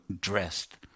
dressed